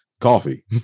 coffee